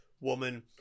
woman